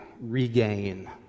regain